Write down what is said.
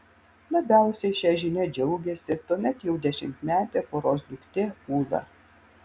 labiausiai šia žinia džiaugėsi tuomet jau dešimtmetė poros duktė ula